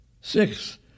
Six